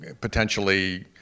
potentially